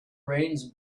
rains